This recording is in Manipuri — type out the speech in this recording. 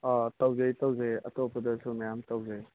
ꯑꯥ ꯇꯧꯖꯩ ꯇꯧꯖꯩ ꯑꯇꯣꯞꯄꯗꯁꯨ ꯃꯌꯥꯝ ꯇꯧꯖꯩ